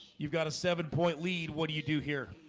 you've got a seven point lead. what do you do here?